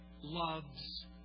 loves